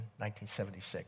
1976